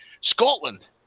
Scotland